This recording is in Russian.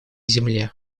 земле